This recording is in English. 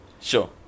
Sure